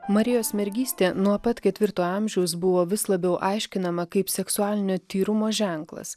marijos mergystė nuo pat ketvirto amžiaus buvo vis labiau aiškinama kaip seksualinio tyrumo ženklas